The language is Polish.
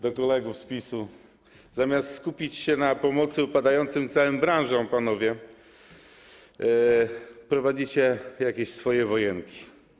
Do kolegów z PiS-u: zamiast skupić się na pomocy upadającym całym branżom, prowadzicie jakieś swoje wojenki.